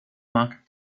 market